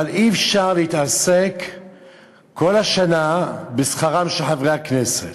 אבל אי-אפשר להתעסק כל השנה בשכרם של חברי הכנסת.